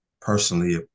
personally